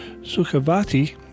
Sukhavati